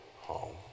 home